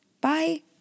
Bye